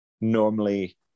normally